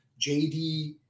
JD